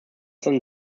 than